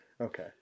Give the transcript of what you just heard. Okay